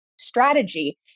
strategy